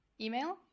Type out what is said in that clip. Email